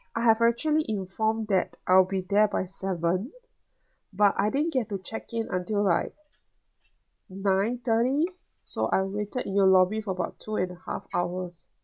I have actually informed that I'll be there by seven but I didn't get to check in until like nine thirty so I waited in your lobby for about two and a half hours